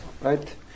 Right